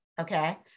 okay